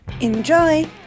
Enjoy